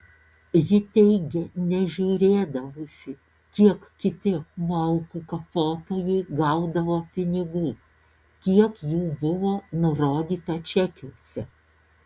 ji teigė nežiūrėdavusi kiek kiti malkų kapotojai gaudavo pinigų kiek jų buvo nurodyta čekiuose